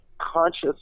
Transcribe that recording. conscious